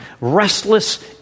restless